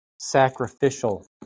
sacrificial